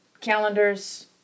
calendars